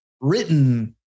written